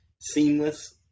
seamless